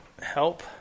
help